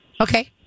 Okay